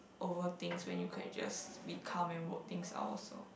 over things when you can just be calm and work things out also